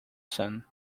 sun